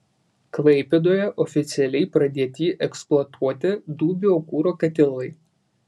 klaipėdoje oficialiai pradėti eksploatuoti du biokuro katilai